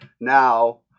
Now